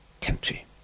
country